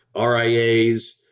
RIAs